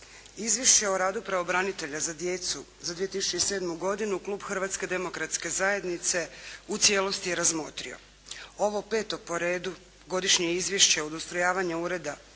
Izvješće o radu pravobranitelja za djecu za 2007. godinu klub Hrvatske demokratske zajednice u cijelosti je razmotrio ovo peto po redu godišnje izvješće od ustrojavanja ureda